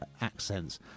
accents